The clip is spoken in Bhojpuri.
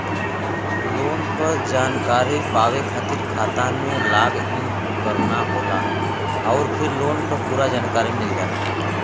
लोन क जानकारी पावे खातिर खाता में लॉग इन करना होला आउर फिर लोन क पूरा जानकारी मिल जाला